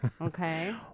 okay